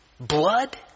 Blood